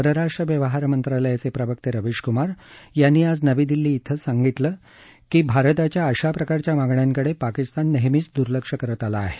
परराष्ट्र व्यवहार मंत्रालयाचे प्रवक्ते रविश क्मार यांनी आज नवी दिल्ली इथं सांगितलं की भारताच्या अशा प्रकारच्या मागण्यांकडे पाकिस्तान नेहमीच द्र्लक्ष करत आला आहे